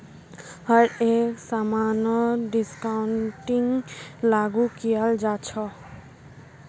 हर एक समानत डिस्काउंटिंगक लागू कियाल जा छ